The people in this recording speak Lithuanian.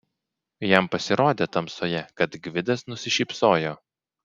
jam pasirodė tamsoje kad gvidas nusišypsojo